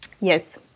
yes